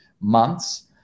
months